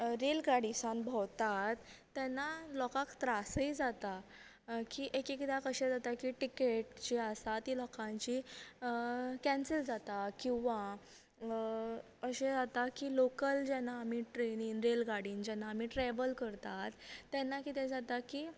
rail गाडी सान भोंवतात तेन्ना लोकांक त्रासय जातात की एक एकदां कशें जाता की जी टिकेट जी आसा ती लोकांची कॅन्सल जाता किंवां अशें जाता की लॉकल जेन्ना आमी ट्रेनीन रेल गाडीन जेन्ना आमी ट्रेवल करतात तेन्ना कितें जाता की